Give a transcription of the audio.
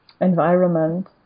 environment